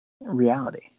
reality